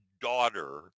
Daughter